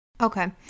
Okay